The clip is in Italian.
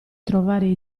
trovare